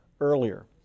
earlier